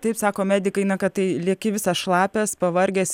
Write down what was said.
taip sako medikai na kad tai lieki visas šlapias pavargęs